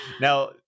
now